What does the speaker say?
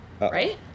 Right